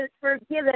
forgiven